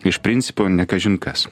iš principo ne kažin kas